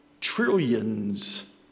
trillions